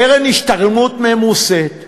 קרן השתלמות ממוסה,